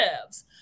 lives